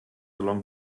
along